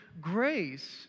grace